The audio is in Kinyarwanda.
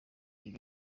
ibi